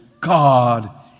God